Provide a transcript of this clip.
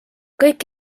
kõik